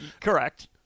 Correct